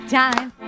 time